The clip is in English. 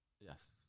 Yes